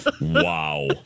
Wow